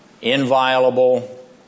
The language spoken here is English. inviolable